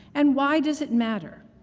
and why does it matter?